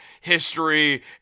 history